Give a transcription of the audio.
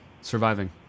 surviving